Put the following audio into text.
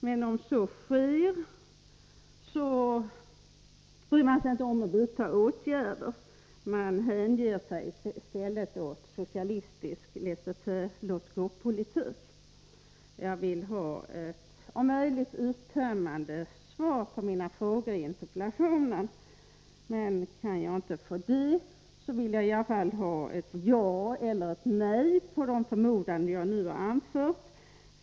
Men om så sker, bryr man sig inte om att vidta åtgärder. Man hänger sig i stället åt socialistisk laissez-faire-politik, låt-gå-politik. Jag vill ha ett om möjligt uttömmande svar på mina frågor i interpellationen, men kan jag inte få det vill jag i alla fall ha ett ja eller ett nej på de förmodanden jag nu har anfört.